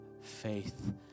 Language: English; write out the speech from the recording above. faith